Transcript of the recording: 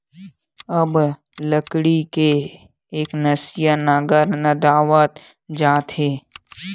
अब लकड़ी के एकनसिया नांगर नंदावत जावत हे